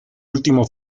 último